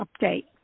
update